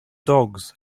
dogs